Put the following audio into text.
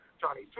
Johnny